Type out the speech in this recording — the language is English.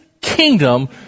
kingdom